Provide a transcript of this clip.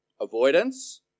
avoidance